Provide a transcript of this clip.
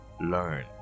learn